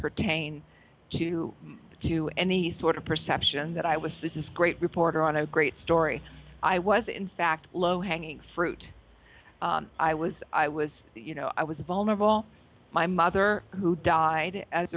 pertain to to any sort of perception that i was this is great reporter on agr story i was in fact low hanging fruit i was i was you know i was vulnerable my mother who died as